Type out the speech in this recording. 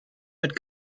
mit